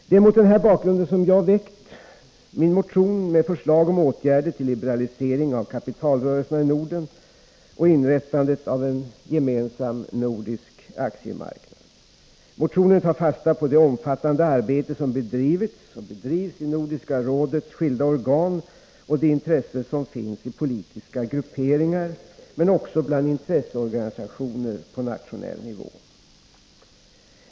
Det är mot denna bakgrund som jag väckt min motion med förslag om åtgärder till liberalisering av kapitalrörelserna i Norden och inrättande av en gemensam nordisk aktiemarknad. Motionen tar fasta på det omfattande arbete som bedrivits och bedrivs i Nordiska rådets skilda organ och det intresse som finns i politiska grupperingar men också bland intresseorganisationer på nationell nivå.